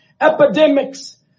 epidemics